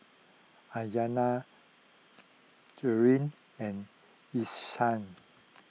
Aryanna Jeanine and Esau